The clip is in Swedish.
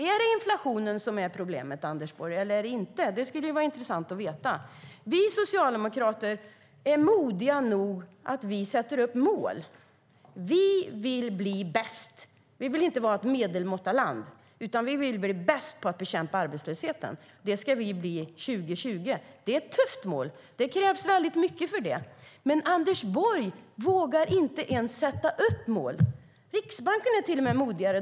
Är inflationen problemet eller inte, Anders Borg? Det skulle vara intressant att få veta. Vi socialdemokrater är modiga nog att sätta upp mål. Vi vill bli bäst. Vi vill inte vara ett medelmåttaland, utan vi vill bli bäst på att bekämpa arbetslöshet. Det ska vi bli 2020. Det är ett tufft mål. Det kräver väldigt mycket. Men Anders Borg vågar inte ens sätta upp mål. Till och med Riksbanken är modigare.